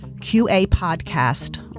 QAPODCAST